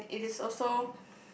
and it is also